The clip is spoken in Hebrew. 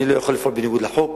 אני לא יכול לפעול בניגוד לחוק.